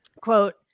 quote